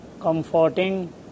comforting